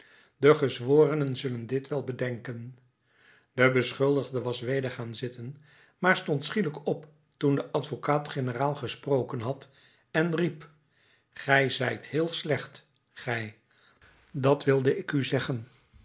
de gezworenen zullen dit wel bedenken de beschuldigde was weder gaan zitten maar stond schielijk op toen de advocaat-generaal gesproken had en riep gij zijt heel slecht gij dat wilde ik u zeggen